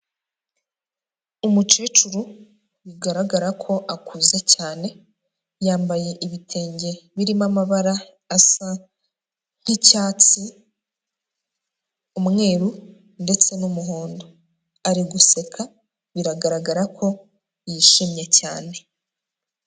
Umukecuru bigaragara ko akuze cyane, yambaye ibitenge birimo amabara asa nk'icyatsi, umweru ndetse n'umuhondo, ari guseka biragaragara ko yishimye cyane.